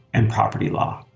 and poverty law